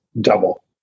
double